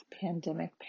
pandemic